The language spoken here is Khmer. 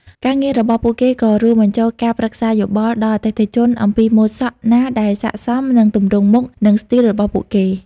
ការងាររបស់ពួកគេក៏រួមបញ្ចូលការប្រឹក្សាយោបល់ដល់អតិថិជនអំពីម៉ូដសក់ណាដែលស័ក្តិសមនឹងទម្រង់មុខនិងស្ទីលរបស់ពួកគេ។